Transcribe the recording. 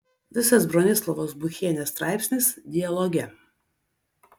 visas bronislavos buchienės straipsnis dialoge